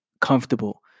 comfortable